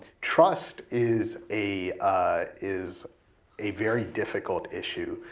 trust is a ah is a very difficult issue.